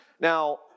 Now